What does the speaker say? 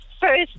first